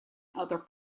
other